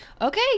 Okay